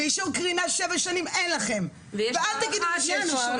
ואישור קרינה אין לכם, ואל תגידו לי שיש אישור.